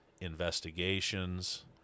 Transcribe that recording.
investigations